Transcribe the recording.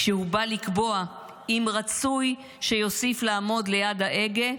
כשהוא בא לקבוע אם רצוי שיוסיף לעמוד ליד ההגה,